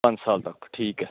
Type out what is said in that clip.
ਪੰਜ ਸਾਲ ਤੱਕ ਠੀਕ ਹੈ